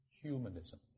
Humanism